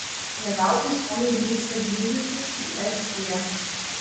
ne veltui suomiai vyksta gydytis į estiją